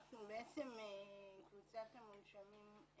אנחנו בעצם אוכלוסיית המונשמים,